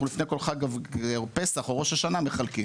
אנחנו לפני כל חג פסח, או ראש השנה מחלקים.